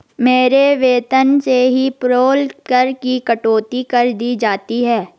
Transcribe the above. मेरे वेतन से ही पेरोल कर की कटौती कर दी जाती है